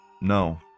No